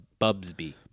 Bubsby